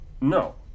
No